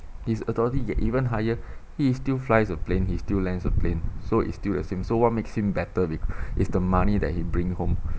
his authority get even higher he still flies a plane he still lands a plane so it's still the same so what makes him better be~ it's the money that he bring home